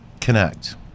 connect